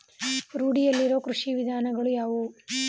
ರೂಢಿಯಲ್ಲಿರುವ ಕೃಷಿ ವಿಧಾನಗಳು ಯಾವುವು?